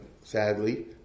sadly